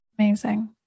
Amazing